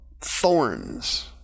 thorns